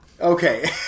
Okay